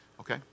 Okay